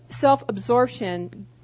self-absorption